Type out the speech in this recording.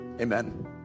Amen